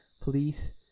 Please